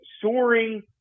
soaring